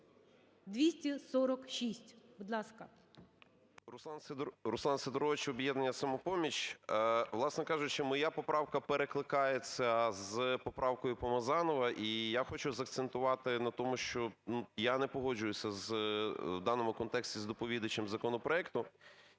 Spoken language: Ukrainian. СИДОРОВИЧ Р.М. Руслан Сидорович, "Об'єднання "Самопоміч". Власне кажучи, моя поправка перекликається з поправкою Помазанова. І я хочу закцентувати на тому, що я не погоджуюся в даному контексті з доповідачем законопроекту.